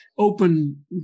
Open